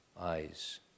eyes